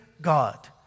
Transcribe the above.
God